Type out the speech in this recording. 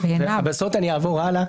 ובזאת אני אעבור הלאה,